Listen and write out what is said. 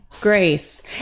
Grace